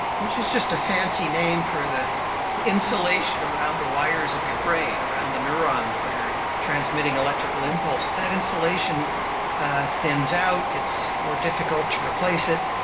which is just a fancy name for the the insulation around the wires of your brain, around the neurons that are transmitting electrical impulses, that insulation ah thins out, it's more difficult to replace it,